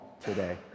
today